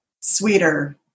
sweeter